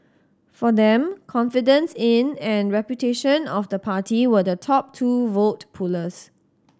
for them confidence in and reputation of the party were the top two vote pullers